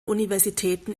universitäten